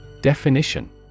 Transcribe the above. Definition